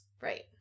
Right